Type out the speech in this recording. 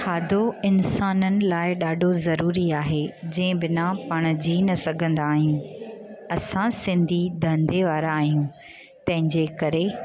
खाधो इंसाननि लाइ ॾाढो ज़रूरी आहे जंहिं बिना पाण जीउ न सघंदा आहियूं असां सिंधी धंधे वारा आहियूं तंहिंजे करे